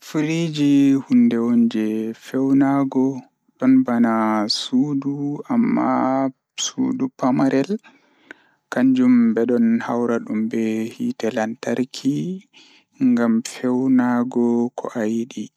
Refrijireytor o waɗa laawol firti nguurndam fiyaangu. Ko rewɓe njiddaade ko laawol, ngam njamaaji